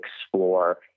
explore